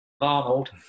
Arnold